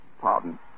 Pardon